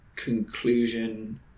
conclusion